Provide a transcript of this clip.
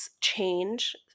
change